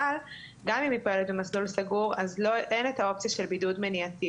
אבל גם אם היא פועלת במסלול סגור אז אין את האופציה של בידוד מניעתי,